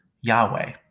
Yahweh